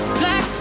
black